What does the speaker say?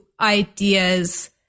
ideas